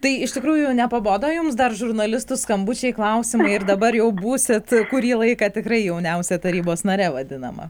tai iš tikrųjų nepabodo jums dar žurnalistų skambučiai klausimai ir dabar jau būsit kurį laiką tikrai jauniausia tarybos nare vadinama